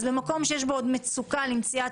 אז במקום שיש בו עוד מצוקה למציאת